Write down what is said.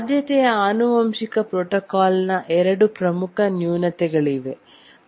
ಆದ್ಯತೆಯ ಆನುವಂಶಿಕ ಪ್ರೋಟೋಕಾಲ್ನ ಎರಡು ಪ್ರಮುಖ ನ್ಯೂನತೆಗಳಿವೆ